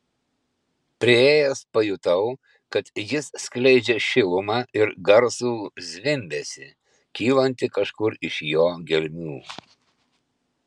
priėjęs pajutau kad jis skleidžia šilumą ir garsų zvimbesį kylantį kažkur iš jo gelmių